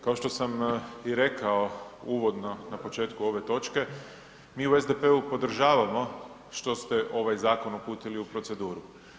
Kao što sam i rekao uvodno na početku ove točke, mi u SDP-u podražavamo što se ovaj zakon uputili u proceduru.